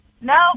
No